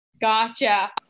Gotcha